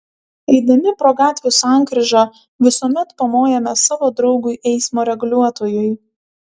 eidami pro gatvių sankryžą visuomet pamojame savo draugui eismo reguliuotojui